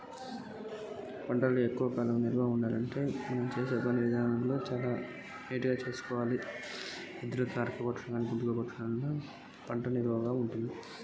పంటలను ఎక్కువ కాలం నిల్వ ఉండాలంటే ఎటువంటి పద్ధతిని పాటించాలే?